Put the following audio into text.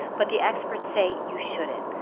but the experts say you shouldn't.